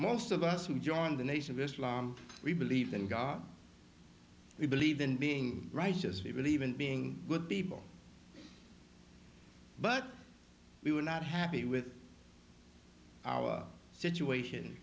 most of us who joined the nation of islam we believed in god we believe in being righteous we believe in being good people but we were not happy with our situation